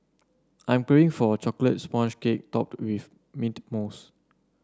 I am craving for a chocolate sponge cake topped with mint mousse